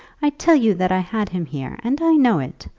i tell you that i had him here, and i know it.